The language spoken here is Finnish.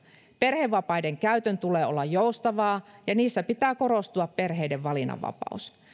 perhevapaiden käytön tulee olla joustavaa ja niissä pitää korostua perheiden valinnanvapaus